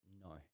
No